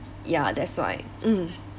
ya that's why mm